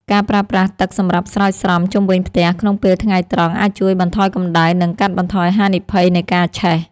ការប្រើប្រាស់ទឹកសម្រាប់ស្រោចស្រពជុំវិញផ្ទះក្នុងពេលថ្ងៃត្រង់អាចជួយបន្ថយកម្តៅ និងកាត់បន្ថយហានិភ័យនៃការឆេះ។